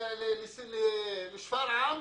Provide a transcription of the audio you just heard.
לשפרעם,